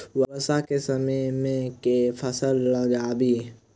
वर्षा केँ समय मे केँ फसल लगाबी?